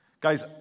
Guys